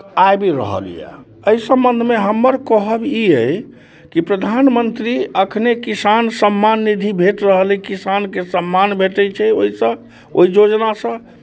आबि रहल यए एहि सम्बन्धमे हमर कहब ई अइ कि प्रधानमन्त्री एखने किसान सम्मान निधि भेट रहल अइ किसानके सम्मान भेटै छै ओहिसँ ओहि योजनासँ